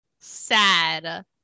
sad